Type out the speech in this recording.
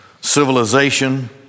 civilization